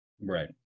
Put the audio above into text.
Right